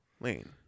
Lane